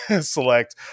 select